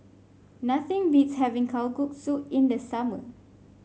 nothing beats having Kalguksu in the summer